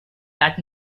that